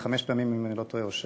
חמש פעמים אם אני לא טועה או שש,